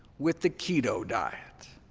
with the keto diet.